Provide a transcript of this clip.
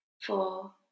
four